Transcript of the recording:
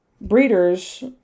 breeders